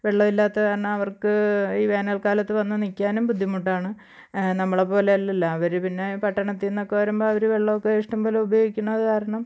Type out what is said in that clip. വെള്ളം ഇല്ലാത്തത് കാരണം അവര്ക്ക് ഈ വേനല്ക്കാലത്ത് വന്ന് നിൽക്കാനും ബുദ്ധിമുട്ടാണ് നമ്മളെ പോലെ അല്ലല്ലോ അവർ പിന്നെ പട്ടണത്തിൽ നിന്നൊക്കെ വരുമ്പോൾ അവർ വെള്ളം ഒക്കെ ഇഷ്ടം പോലെ ഉപയോഗിക്കുന്നത് കാരണം